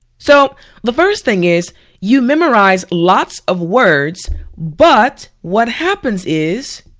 so the first thing is you memorize lots of words but what happens is